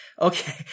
okay